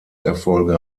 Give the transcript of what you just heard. erfolge